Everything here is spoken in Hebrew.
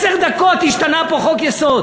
עשר דקות, השתנה פה חוק-יסוד.